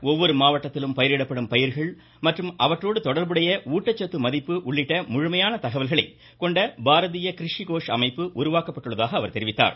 ஒவ்வொரு மாவட்டத்திலும் பயிரிடப்படும் பயிர்கள் மற்றும் அவற்றோடு தொடர்புடைய ஊட்டச்சத்து மதிப்பு உள்ளிட்ட முழுமையான தகவல்களை கொண்ட பாரதிய கிரிஷி கோஷ் அமைப்பு உருவாக்கப்பட்டுள்ளதாக தெரிவித்தார்